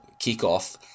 kickoff